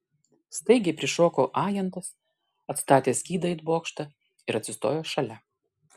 staigiai prišoko ajantas atstatęs skydą it bokštą ir atsistojo šalia